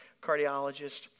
cardiologist